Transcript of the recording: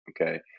Okay